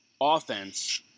offense